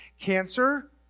cancer